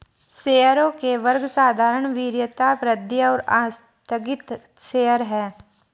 शेयरों के वर्ग साधारण, वरीयता, वृद्धि और आस्थगित शेयर हैं